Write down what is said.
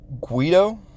Guido